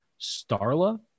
Starla